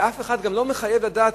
ואף אחד גם לא מחייב לדעת.